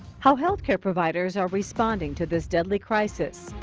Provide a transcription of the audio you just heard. how health care providers are responding to this deadly crisis.